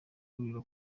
guhurira